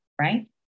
right